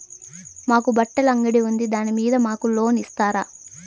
మాకు బట్టలు అంగడి ఉంది దాని మీద మాకు లోను ఇస్తారా